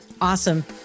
Awesome